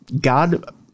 God